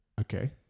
Okay